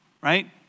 Right